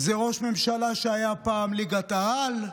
זה ראש ממשלה שהיה פעם ליגת-העל,